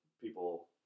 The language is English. people